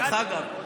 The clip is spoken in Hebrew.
דרך אגב,